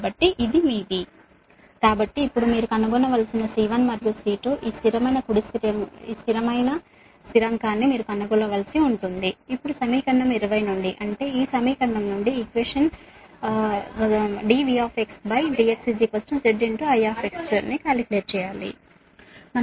కాబట్టి ఇది మీది కాబట్టి ఇప్పుడు మీరు కనుగొనవలసిన C1 మరియు C2 ఈ స్థిరమైన స్థిరాంకాన్ని మీరు కనుగొనవలసి ఉంది ఇప్పుడు సమీకరణం 20 నుండి అంటే ఈ సమీకరణం నుండి సమీకరణం 20 నుండి dVdxzIవస్తుంది